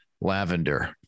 lavender